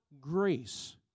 grace